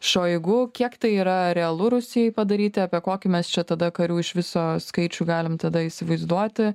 šoigu kiek tai yra realu rusijai padaryti apie kokį mes čia tada karių iš viso skaičių galim tada įsivaizduoti